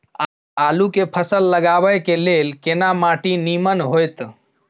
आलू के फसल लगाबय के लेल केना माटी नीमन होयत?